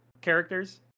characters